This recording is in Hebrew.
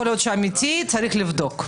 יכול להיות שאמיתית צריך לבדוק.